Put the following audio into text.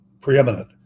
preeminent